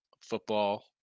football